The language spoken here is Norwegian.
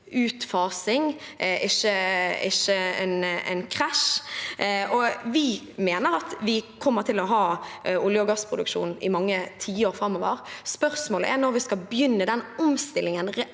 utfasing, ikke en krasj. Vi mener at vi kommer til å ha olje- og gassproduksjon i mange tiår framover. Spørsmålet er når vi skal begynne den omstillingen